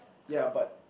ya but